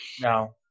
no